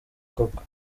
koko